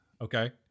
Okay